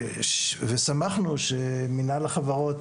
ושמחנו שמנהל החברות,